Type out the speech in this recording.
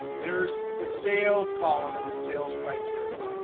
there's the sales column and the sales criteria.